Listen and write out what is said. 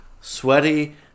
sweaty